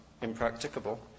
impracticable